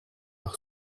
par